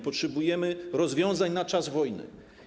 Potrzebujemy rozwiązań na czas wojny.